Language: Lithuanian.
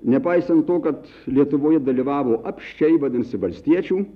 nepaisant to kad lietuvoje dalyvavo apsčiai vadinasi valstiečių